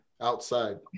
outside